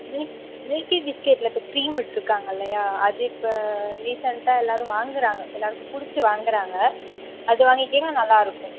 milk milky பிஸ்கேட்டில் இப்போ cream விட்டிருக்காங்க இல்லையா அது இப்போ ரீசெண்ட்டாக எல்லாேரும் வாங்கிறாங்க எல்லாேருக்கும் பிடிச்சு வாங்கிறாங்க அது வாங்கிக்கங்க நல்லா இருக்கும்